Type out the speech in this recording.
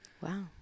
Wow